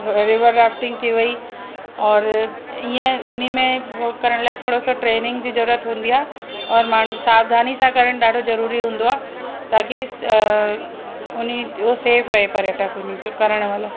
रोरेजा rafting थी वई और ईअं इन्हीअ में हो करण लाइ थोरो सो ट्रेनिंग जी जरूअत हूंदी आहे और बाक़ी सावधानी सां करण ॾाढो जरूरी हूंदो आहे ताकी स उन्हनि जो सेफ रहे पर्यटक उनखे करण वारा